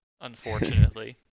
Unfortunately